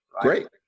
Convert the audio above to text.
Great